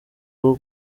rwo